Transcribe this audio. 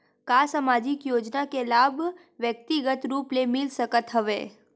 का सामाजिक योजना के लाभ व्यक्तिगत रूप ले मिल सकत हवय?